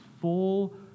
full